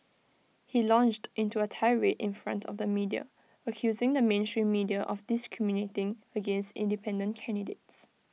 he launched into A tirade in front of the media accusing the mainstream media of discriminating against independent candidates